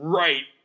right